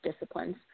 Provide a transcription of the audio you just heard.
disciplines